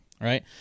right